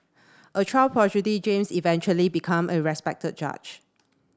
a child James eventually become a respected judge